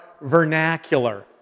vernacular